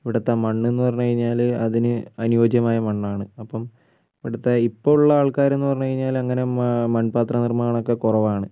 ഇവിടുത്തെ മണ്ണ് എന്ന് പറഞ്ഞുകഴിഞ്ഞാൽ അതിന് അനുയോജ്യമായ മണ്ണാണ് അപ്പം ഇവിടുത്തെ ഇപ്പോൾ ഉള്ള ആൾക്കാർ എന്ന് പറഞ്ഞുകഴിഞ്ഞാൽ അങ്ങനെ മാ മൺപാത്ര നിർമാണം ഒക്കെ കുറവാണ്